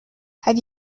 have